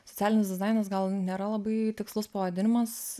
socialinis dizainas gal nėra labai tikslus pavadinimas